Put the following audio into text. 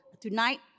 tonight